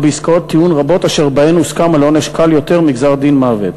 ובעסקאות טיעון רבות אשר בהן הוסכם על עונש קל יותר מגזר-דין מוות,